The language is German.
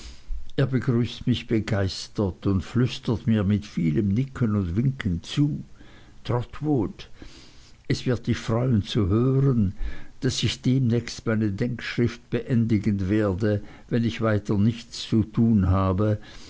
er begrüßt mich begeistert und flüstert mir mit vielem nicken und winken zu trotwood es wird dich freuen zu hören daß ich demnächst meine denkschrift beendigen werde wenn ich weiter nichts zu tun habe